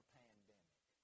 pandemic